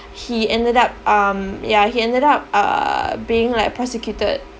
he ended up um yeah he ended up uh being like prosecuted